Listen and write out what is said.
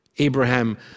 Abraham